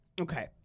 okay